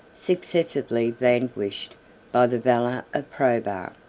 successively vanquished by the valor of probus.